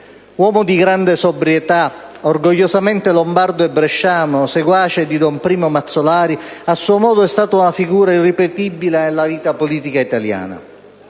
Uomo di grande sobrietà, orgogliosamente lombardo e bresciano, seguace di don Primo Mazzolari, a suo modo è stato una figura irripetibile della vita politica italiana.